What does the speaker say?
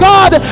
God